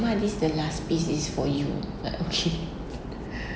mama this the last piece is for you ah okay